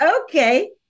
okay